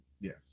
Yes